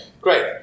Great